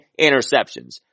interceptions